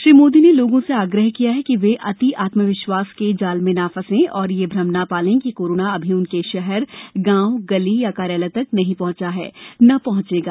श्री मोदी ने लोगों से आग्रह किया कि वे अति आत्म विश्वास के जाल में न फंसें और यह भ्रम न पालें कि कोरोना अभी उनके शहर गांव गली या कार्यालय तक नहीं पहंचा है और न पहंचेगा